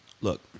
Look